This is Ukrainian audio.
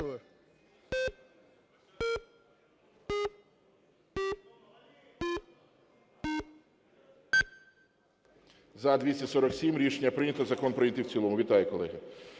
За-247 Рішення прийнято. Закон прийнятий в цілому. Вітаю, колеги.